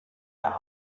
der